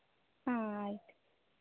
ಹಾಂ ಆಯ್ತು